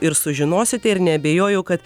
ir sužinosite ir neabejoju kad